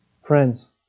Friends